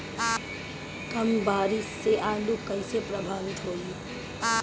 कम बारिस से आलू कइसे प्रभावित होयी?